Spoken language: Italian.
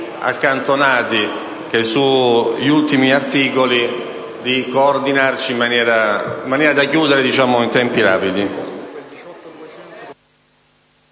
accantonati che sugli ultimi articoli, di coordinarci in maniera da terminare in tempi rapidi.